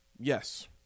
Yes